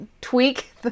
tweak